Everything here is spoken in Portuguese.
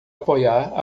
apoiar